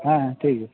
ᱦᱮᱸ ᱦᱮᱸ ᱴᱷᱤᱠ ᱦᱮᱭᱟ